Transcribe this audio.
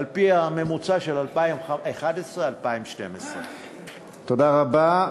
על-פי הממוצע של 2011 2012. תודה רבה.